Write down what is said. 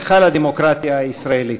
היכל הדמוקרטיה הישראלית.